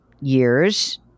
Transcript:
years